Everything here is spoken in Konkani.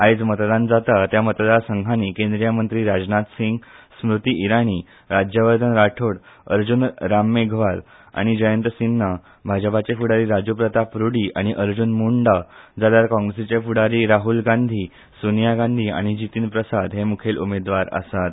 आयज मतदान जाता त्या मतदार संघानी केंद्रिय मंत्री राजनाथ सिंग स्मृती ईराणी राज्यवर्धन राठोड अर्जून राममेघवाल आनी जयंत सिन्हा भाजपाचे फूडारी राजू प्रताप रूडी आनी अर्जून मुंडा जाल्यार काँग्रेसीचे फूडारी राहूल गांधी सोनिया गांधी आनी जितीन प्रसाद हे मुखेल उमेदवार आसात